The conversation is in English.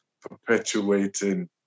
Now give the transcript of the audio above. perpetuating